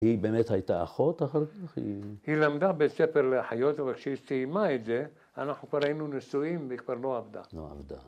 ‫היא באמת הייתה אחות אחר כך? ‫-היא למדה בבית ספר לאחיות, ‫אבל כשהיא סיימה את זה, ‫אנחנו כבר היינו נשואים, ו‫היא כבר לא עבדה. ‫-לא עבדה.